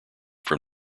from